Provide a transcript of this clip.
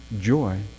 joy